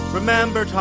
Remember